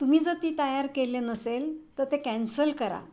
तुम्ही जर ती तयार केले नसेल तर ते कॅन्सल करा